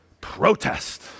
Protest